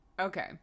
okay